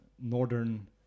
northern